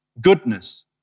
goodness